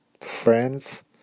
friends